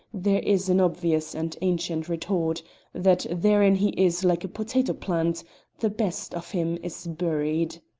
there is an obvious and ancient retort that therein he is like a potato plant the best of him is buried.